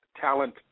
Talent